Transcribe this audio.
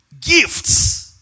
gifts